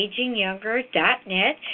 agingyounger.net